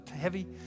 heavy